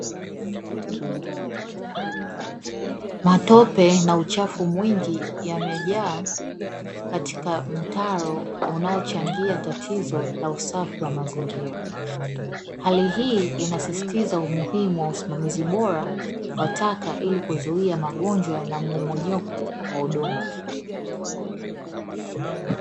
Matope na uchafu mwingi yamejaa katika mtaro unaochangia tatizo la usafi wa mazingira, hali hii inasisitiza umuhimu wa usimamizi bora wa taka ili kuzuia magonjwa na mmomonyoko wa udongo